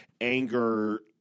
anger